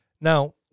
Now